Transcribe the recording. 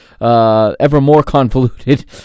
ever-more-convoluted